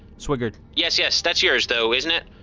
swigert yes. yes. that's yours, though, isn't it?